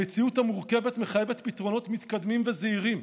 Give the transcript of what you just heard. המציאות המורכבת מחייבת פתרונות מתקדמים וזהירים,